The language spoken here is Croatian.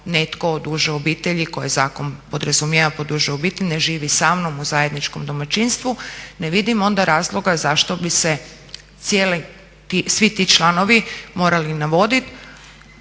netko od uže obitelji koje zakon podrazumijeva pod užom obitelji ne živi sa mnom u zajedničkom domaćinstvu ne vidim onda razloga zašto bi se cijeli, svi ti članovi morali navoditi